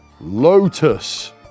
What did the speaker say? Lotus